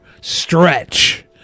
Stretch